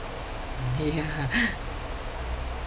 ya